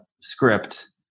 script